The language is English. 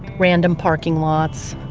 random parking lots,